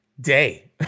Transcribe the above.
day